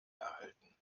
erhalten